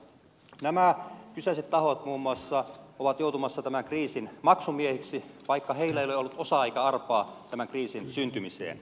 muun muassa nämä kyseiset tahot ovat joutumassa tämän kriisin maksumiehiksi vaikka heillä ei ole ollut osaa eikä arpaa tämän kriisin syntymiseen